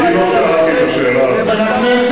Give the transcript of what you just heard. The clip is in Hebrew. מה הבעיה ללכת למשא-ומתן בלי תנאים מוקדמים,